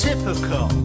Typical